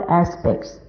aspects